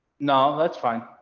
no, that's fine.